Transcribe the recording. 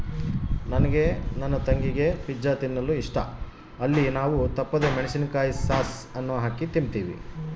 ನನಗೆ ನನ್ನ ತಂಗಿಗೆ ಪಿಜ್ಜಾ ತಿನ್ನಲು ಇಷ್ಟ, ಅಲ್ಲಿ ನಾವು ತಪ್ಪದೆ ಮೆಣಿಸಿನಕಾಯಿಯ ಸಾಸ್ ಅನ್ನು ಹಾಕಿ ತಿಂಬ್ತೀವಿ